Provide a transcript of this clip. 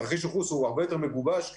תרחיש הייחוס הוא הרבה יותר מגובש כי